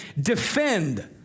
defend